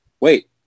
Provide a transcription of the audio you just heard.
Wait